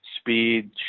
speed